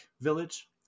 village